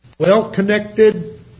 well-connected